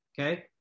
okay